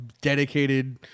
dedicated